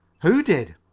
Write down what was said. who did?